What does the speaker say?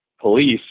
police